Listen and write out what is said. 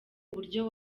uburyo